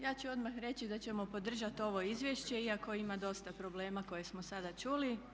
Ja ću odmah reći da ćemo podržati ovo izvješće iako ima dosta problema koje smo sada čuli.